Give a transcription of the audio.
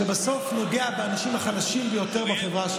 שבסוף נוגעת באנשים החלשים ביותר בחברה,